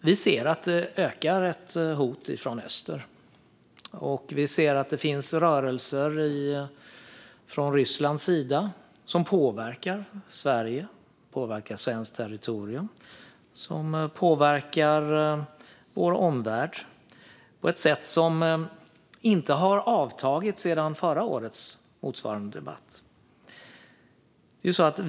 Vi ser att hotet ökar från öst och att det finns rörelser från Rysslands sida som påverkar Sverige och svenskt territorium och vår omvärld på ett sätt som inte har avtagit sedan motsvarande debatt förra året.